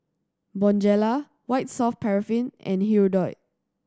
Bonjela White Soft Paraffin and Hirudoid